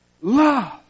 love